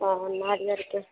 हाँ नारियलके